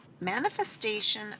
Manifestation